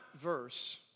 verse